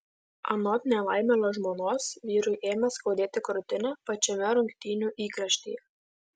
anot nelaimėlio žmonos vyrui ėmė skaudėti krūtinę pačiame rungtynių įkarštyje